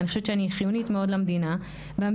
ואני חושבת שאני חיונית מאוד למדינה והמדינה